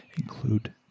include